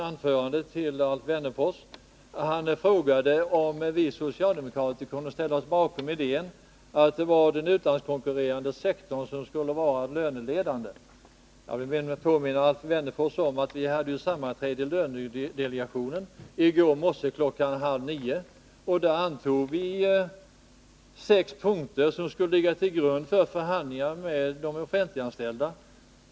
Alf Wennerfors frågade om vi socialdemokrater kunde ställa oss bakom tanken att den utlandskonkurrerande sektorn skulle vara löneledande. Jag vill påminna Alf Wennerfors om att vi hade ett sammanträde i lönedelegationen i går morse klockan halv nio. Där antog vi sex punkter som skulle ligga till grund för förhandlingarna med de offentliganställda.